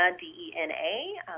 D-E-N-A